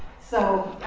so